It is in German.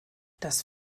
das